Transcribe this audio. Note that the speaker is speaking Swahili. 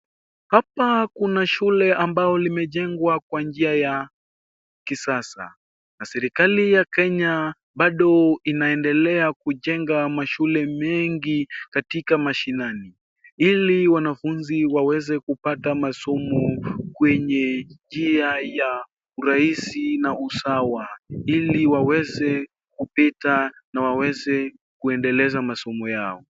Hapa kuna shule ambao limejengwa kwa njia ya kisasa. Serikali ya Kenya bado inaendelea kujenga mashule mengi katika mashinani ili wanafunzi waweze kupata masomo kwa njia ya rahisi na usawa ili waweze kupita na waweze kuendeleza masomo yao.